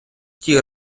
тій